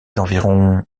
d’environ